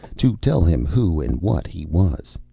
to tell him who and what he was.